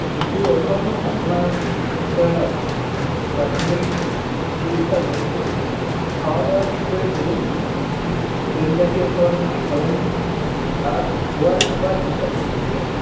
কিন্তু এখন আপনার একটা প্রাথমিক চিকিৎসা বলে দিচ্ছি খাওয়া দাওয়া ঠিক করে করুন তেলজাতীয় খাবার বেশী খাবেন না আর ওআরএস খাওয়ার চেষ্টা করুন ঠিক আছে